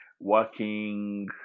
working